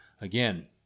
again